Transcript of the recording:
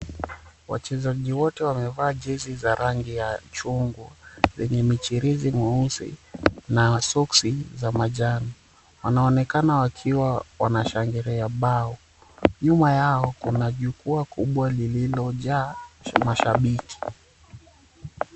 Wachezaji wote wamevaa jezi za rangi ya chungwa lenye michirizi mweusi na soksi za manjano. Wanaonekana wakiwa wanashangilia bao. Nyuma yao kuna jukwaa kubwa lililojaa mashabiki.